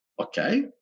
okay